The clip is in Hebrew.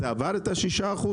עבר את ה-6%?